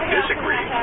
disagree